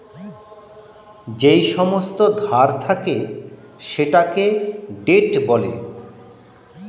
যেই সমস্ত ধার থাকে সেটাকে ডেট বলে